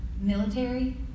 military